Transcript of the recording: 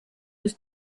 was